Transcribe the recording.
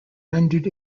rendered